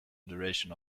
duration